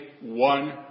one